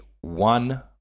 one